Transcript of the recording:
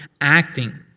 acting